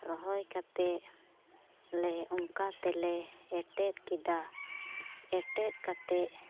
ᱨᱚᱦᱚᱭ ᱠᱟᱛᱮᱫ ᱞᱮ ᱚᱱᱠᱟ ᱛᱮᱞᱮ ᱮᱴᱮᱫ ᱠᱮᱫᱟ ᱮᱴᱮᱫ ᱠᱟᱛᱮᱫ